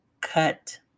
cut